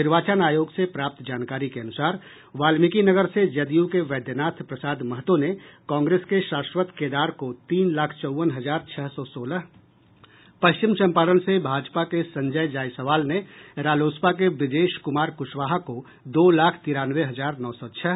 निर्वाचन आयोग से प्राप्त जानकारी के अनुसार वाल्मीकिनगर से जदयू के वैद्यनाथ प्रसाद महतों ने कांग्रेस के शाश्वत केदार को तीन लाख चौवन हजार छह सौ सोलह पश्चिम चंपारण से भाजपा के संजय जायसवाल ने रालोसपा के ब्रजेश कुमार कुशवाहा को दो लाख तिरानवे हजार नौ सौ छह